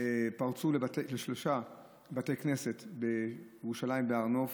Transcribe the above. פרצו לשלושה בתי כנסת בירושלים, בהר נוף.